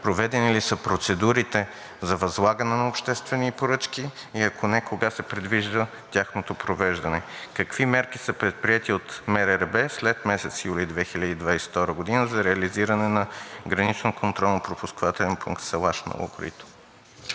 проведени ли са процедурите за възлагане на обществени поръчки и ако не кога се предвижда тяхното провеждане, какви мерки са предприети от МРРБ след месец юли 2022 г. за реализиране на Гранично контролно-пропускателен пункт Салаш – Ново Корито?